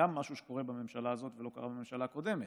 גם משהו שקורה בממשלה הזאת ולא קרה בממשלה הקודמת.